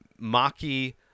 Maki